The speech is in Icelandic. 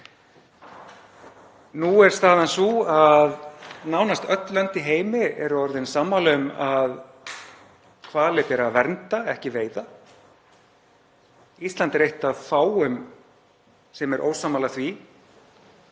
Nú er staðan sú að nánast öll lönd í heimi eru orðin sammála um að hvali beri að vernda, ekki veiða. Ísland er eitt af fáum ríkjum sem er ósammála því